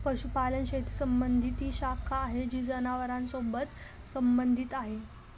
पशुपालन शेती संबंधी ती शाखा आहे जी जनावरांसोबत संबंधित आहे